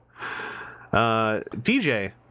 DJ